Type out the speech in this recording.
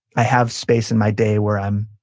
i have space in my day where i'm